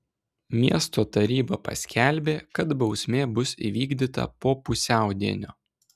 miesto taryba paskelbė kad bausmė bus įvykdyta po pusiaudienio